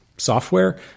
software